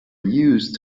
used